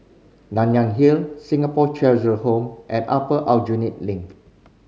Nanyang Hill Singapore Cheshire Home and Upper Aljunied Link